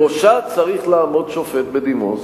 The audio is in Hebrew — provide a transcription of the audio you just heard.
בראשה צריך לעמוד שופט בדימוס